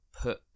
put